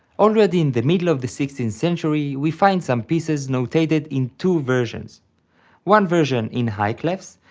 already in the middle of the sixteenth century we find some pieces notated in two versions one version in high clefs,